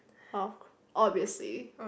oh obviously